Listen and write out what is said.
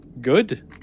good